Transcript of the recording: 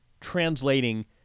translating